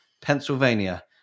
Pennsylvania